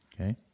Okay